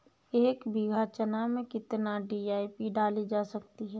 एक बीघा चना में कितनी डी.ए.पी डाली जा सकती है?